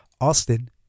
Austin